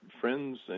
friends